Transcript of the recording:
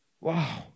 Wow